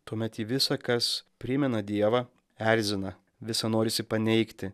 tuomet jį visa kas primena dievą erzina visa norisi paneigti